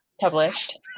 Published